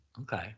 okay